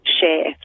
share